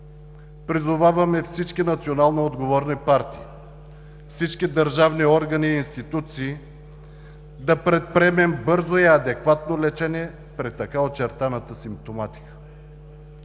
Призоваваме всички национално отговорни партии, всички държавни органи и институции да предприемем бързо и адекватно лечение при така очертаната симптоматика.